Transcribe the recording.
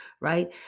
right